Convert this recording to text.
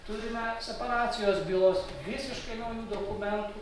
turime separacijos bylos visiškai naujų dokumentų